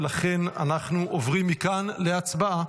ולכן אנחנו עוברים מכאן להצבעה.